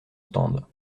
stand